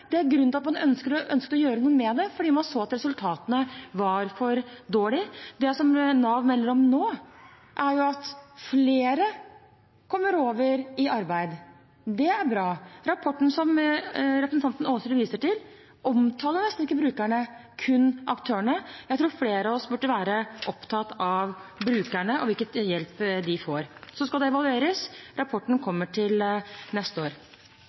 Det var grunnen til at man ønsket å gjøre noe med det – man så at resultatene var for dårlige. Det Nav melder om nå, er at flere kommer over i arbeid. Det er bra. Rapporten som representanten Aasrud viser til, omtaler nesten ikke brukerne, kun aktørene. Jeg tror flere av oss burde være opptatt av brukerne og hvilken hjelp de får. Så skal det evalueres. Rapporten kommer til neste år.